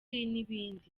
n’ibindi